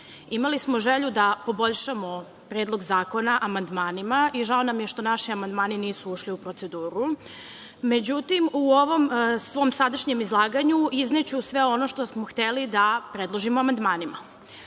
Imali smo želju da poboljšamo Predlog zakona amandmanima i žao nam je što naši amandmani nisu ušli u proceduru. Međutim, u ovom svom sadašnjem izlaganju izneću sve ono što smo hteli da predložimo amandmanima.Za